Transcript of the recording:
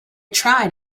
tried